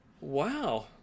Wow